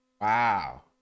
Wow